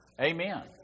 Amen